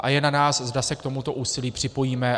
A je na nás, zda se k tomuto úsilí připojíme.